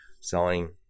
selling